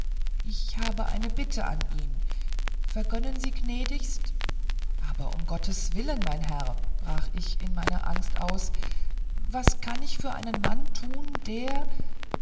ich habe eine bitte an ihn vergönnen sie gnädigst aber um gotteswillen mein herr brach ich in meiner angst aus was kann ich für einen mann tun der